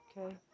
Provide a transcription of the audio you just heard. Okay